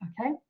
Okay